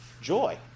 joy